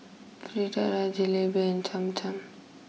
Fritada Jalebi and Cham Cham